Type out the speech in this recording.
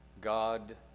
God